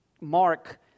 Mark